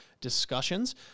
discussions